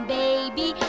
baby